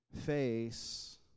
face